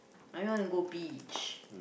I wanna go beach